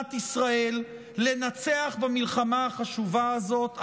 מדינת ישראל לנצח במלחמה החשובה הזאת,